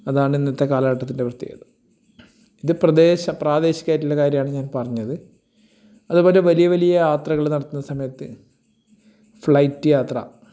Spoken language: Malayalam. അതാണ് ഇന്നത്തെ കാലഘട്ടത്തിൻ്റെ പ്രത്യേകത ഇത് പ്രാദേശികമായിട്ടുള്ള കാര്യമാണ് ഞാൻ പറഞ്ഞത് അതേ പോലെ വലിയ വലിയ യാത്രകൾ നടത്തുന്ന സമയത്ത് ഫ്ലൈറ്റ് യാത്ര